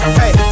hey